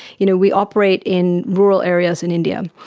you know we operate in rural areas in india,